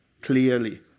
Clearly